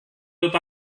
dod